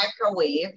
microwave